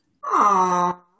Aww